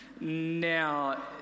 Now